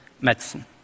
medicine